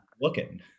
looking